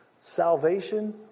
salvation